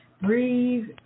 breathe